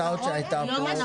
זו אחת ההצעות שהייתה פה.